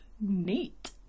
neat